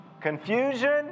confusion